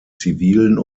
zivilen